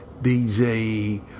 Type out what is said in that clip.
DJ